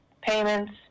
payments